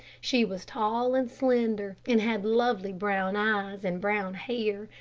she was tall and slender, and had lovely brown eyes and brown hair,